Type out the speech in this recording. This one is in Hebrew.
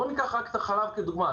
בואו וניקח רק את החלב כדוגמה,